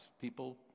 People